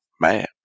mad